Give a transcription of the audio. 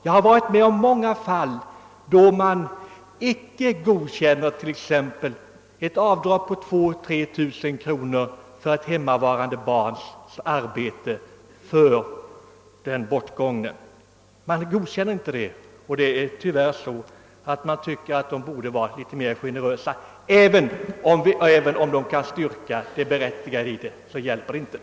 Jag känner till många fall där ett avdrag på 2 000 eller 3000 kronor för ett hemmavarande barns arbete för den bortgångne inte har godkänts; det hjälper inte att det berättigade i kravet kan styrkas.